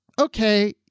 Okay